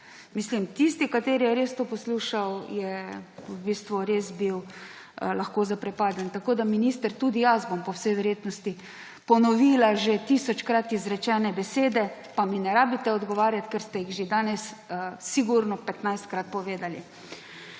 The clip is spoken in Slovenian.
isto. Tisti, ki je res to poslušal, je v bistvu res bil lahko zaprepaden. Minister, tudi jaz bom po vsej verjetnosti ponovila že tisočkrat izrečene besede, pa mi ne rabite odgovarjati, ker ste jih že danes sigurno 15-krat povedali.